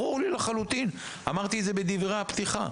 ברור לי לחלוטין, אמרתי את זה בדברי הפתיחה.